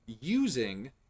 using